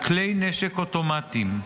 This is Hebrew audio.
כלי נשק אוטומטיים,